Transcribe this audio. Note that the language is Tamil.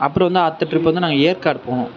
அப்புறோம் வந்து அடுத்த ட்ரிப் வந்து நாங்கள் ஏற்காடு போனோம்